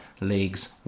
League's